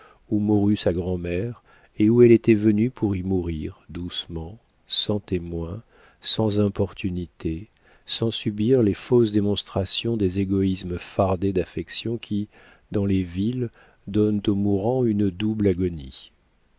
où mourut sa grand'mère et où elle était venue pour y mourir doucement sans témoins sans importunités sans subir les fausses démonstrations des égoïsmes fardés d'affection qui dans les villes donnent aux mourants une double agonie